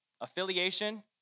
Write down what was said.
affiliation